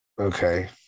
Okay